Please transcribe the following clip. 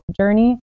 journey